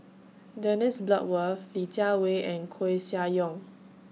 Dennis Bloodworth Li Jiawei and Koeh Sia Yong